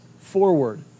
forward